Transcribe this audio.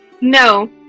No